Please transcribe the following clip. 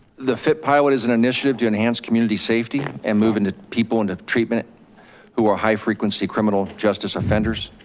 the fit pilot is an initiative to enhance community safety and moving people into treatment who are high frequency criminal justice offenders,